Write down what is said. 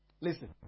Listen